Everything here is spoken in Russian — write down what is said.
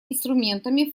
инструментами